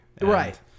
Right